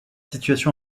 situation